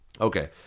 Okay